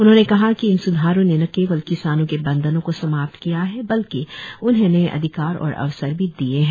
उन्होंने कहा कि इन स्धारों ने न केवल किसानों के बंधनों को समाप्त किया है बल्कि उन्हें नए अधिकार और अवसर भी दिए हैं